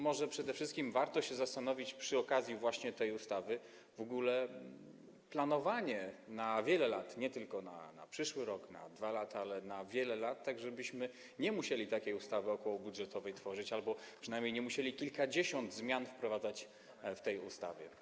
Może przede wszystkim warto się zastanowić przy okazji tej ustawy w ogóle nad planowaniem na wiele lat - nie tylko na przyszły rok, na 2 lata, ale na wiele lat - tak żebyśmy nie musieli takiej ustawy okołobudżetowej tworzyć albo przynajmniej nie musieli kilkudziesięciu zmian wprowadzać w tej ustawie.